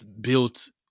built